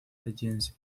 agency